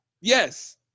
Yes